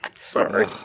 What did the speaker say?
Sorry